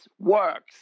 works